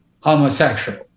homosexual